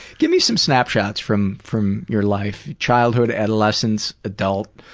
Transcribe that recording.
gimme some snapshots from from your life. childhood, adolescence, adult